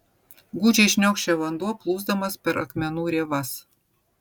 gūdžiai šniokščia vanduo plūsdamas per akmenų rėvas